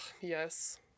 yes